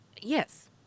yes